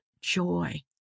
joy